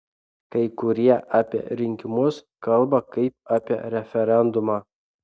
kai kurie apie rinkimus kalba kaip apie referendumą